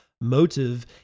Motive